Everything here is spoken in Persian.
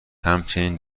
همچنین